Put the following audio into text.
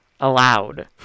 allowed